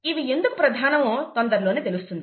ఇవి ఎందుకు ప్రధానమో తొందరలోనే తెలుస్తుంది